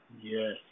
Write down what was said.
Yes